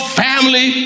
family